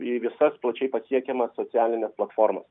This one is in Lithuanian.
į visas plačiai pasiekiamas socialines platformas